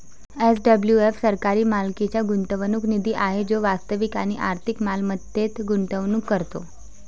SWF सरकारी मालकीचा गुंतवणूक निधी आहे जो वास्तविक आणि आर्थिक मालमत्तेत गुंतवणूक करतो